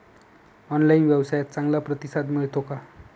Online व्यवसायात चांगला प्रतिसाद मिळतो का?